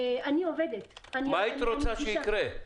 אני עובדת --- מה היית רוצה שיקרה?